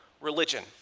religion